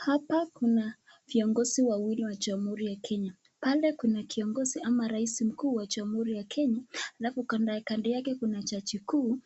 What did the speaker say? Hapa kuna viongozi wawili wa jamuhuri ya kenya . Pale kuna kingozi ama raisi wa jamuhuri ya kenya alafu kuna kando yake kuna jaji mkuu